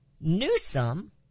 Newsom